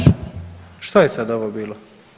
Što je sad ovo bilo?